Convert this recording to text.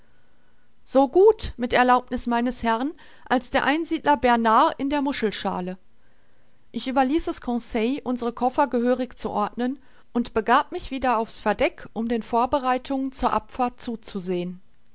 so gut mit erlaubniß meines herrn als der einsiedler bernhard in der muschelschaale ich überließ es conseil unsere koffer gehörig zu ordnen und begab mich wieder auf's verdeck um den vorbereitungen zur abfahrt zuzusehen